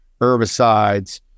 herbicides